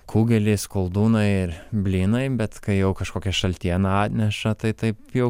kugelis koldūnai ir blynai bet kai jau kažkokią šaltieną atneša tai taip jau